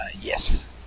yes